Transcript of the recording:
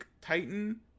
Titan